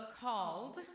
called